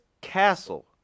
Castle